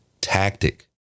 tactic